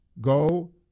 go